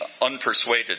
unpersuaded